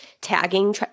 tagging